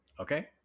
Okay